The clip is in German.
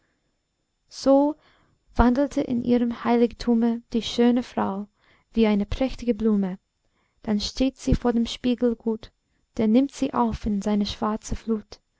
so wandelte in ihrem heiligtume die schöne frau wie eine prächtige blume dann steht sie vor dem spiegel gut der nimmt sie auf in seine schwarze flut